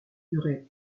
durée